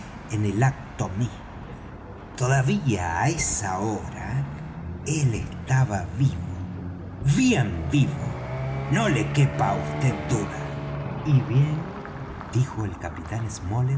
en el acto mismo todavía á esa hora él estaba vivo bien vivo no le quepa á vd duda y bien dijo el capitán